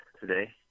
today